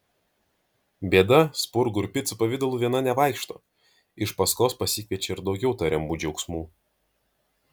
bėda spurgų ir picų pavidalu viena nevaikšto iš paskos pasikviečia ir daugiau tariamų džiaugsmų